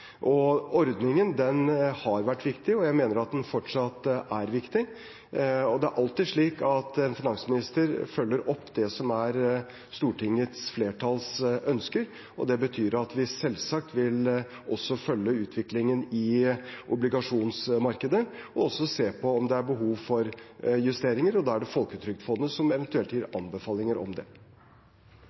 Ordningen har vært viktig, og jeg mener at den fortsatt er viktig. Og det er alltid slik at en finansminister følger opp det som er Stortingets flertalls ønsker, og det betyr at vi selvsagt vil følge også utviklingen i obligasjonsmarkedet og også se på om det er behov for justeringer. Og da er det Folketrygdfondet som eventuelt gir anbefalinger om det.